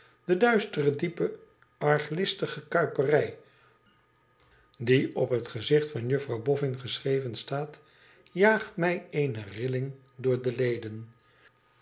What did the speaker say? de duistere diepe arglistige kuiperij die op het gezicht van juffrouw boffin geschreven staat jaagt mij eene rilling door de leden